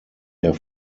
der